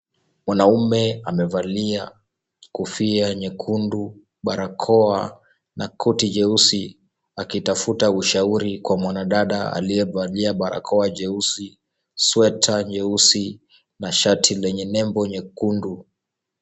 Mwanaume amevalia kofia nyekundu, barakoa na koti jeusi, akitafuta ushauri kwa mwanadada aliyevalia barakoa jeusi, sweta nyeusi na shati lenye nembo nyekundu.